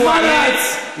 שידוע לי,